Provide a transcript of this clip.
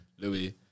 Louis